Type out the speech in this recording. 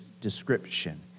description